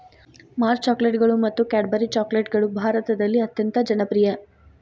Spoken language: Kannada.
ಮಾರ್ಸ್ ಚಾಕೊಲೇಟ್ಗಳು ಮತ್ತು ಕ್ಯಾಡ್ಬರಿ ಚಾಕೊಲೇಟ್ಗಳು ಭಾರತದಲ್ಲಿ ಅತ್ಯಂತ ಜನಪ್ರಿಯ